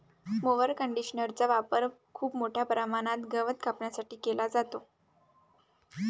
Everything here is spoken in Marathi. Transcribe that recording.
मोवर कंडिशनरचा वापर खूप मोठ्या प्रमाणात गवत कापण्यासाठी केला जातो